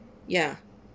ya